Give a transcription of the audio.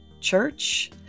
Church